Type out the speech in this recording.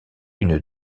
une